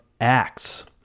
Acts